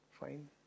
fine